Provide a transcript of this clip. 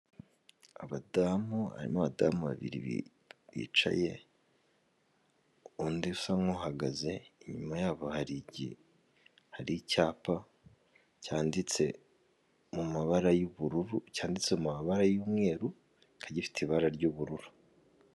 Abadamu harimo abadamu babiri bicaye undi usa nk'uhagaze inyuma yabo hari igi hari icyapa cyanditse mu mabara y'ubururu cyanditse mu mabara y'umweru kikaba gifite ibara ry'ubururu.